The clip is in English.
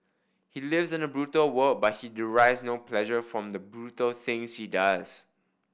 he lives in a brutal world but he derives no pleasure from the brutal things he does